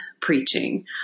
preaching